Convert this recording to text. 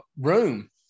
room